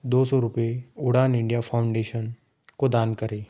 दो सौ रुपये उड़ान इंडिया फाउंडेशन को दान करे